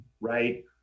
right